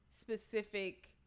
specific